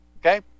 okay